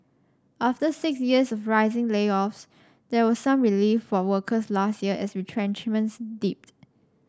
after six years of rising layoffs there was some relief for workers last year as retrenchments dipped